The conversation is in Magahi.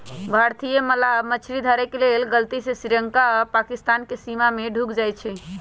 भारतीय मलाह मछरी धरे के लेल गलती से श्रीलंका आऽ पाकिस्तानके सीमा में ढुक जाइ छइ